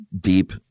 deep